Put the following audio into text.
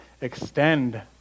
extend